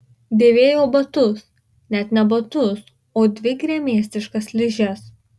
dėvėjo batus net ne batus o dvi gremėzdiškas ližes